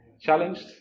challenged